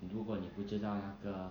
如果你不知道那个